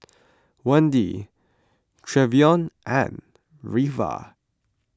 Wendy Trevion and Reva